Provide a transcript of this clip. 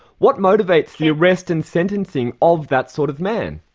what motivates the arrest and sentencing of that sort of man?